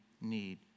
need